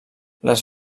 les